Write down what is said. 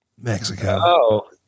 Mexico